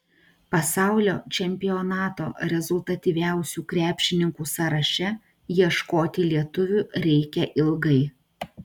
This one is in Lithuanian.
pasaulio čempionato rezultatyviausių krepšininkų sąraše ieškoti lietuvių reikia ilgai